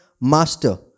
master